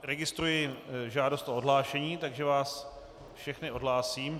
Registruji žádost o odhlášení, takže vás všechny odhlásím.